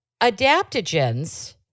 adaptogens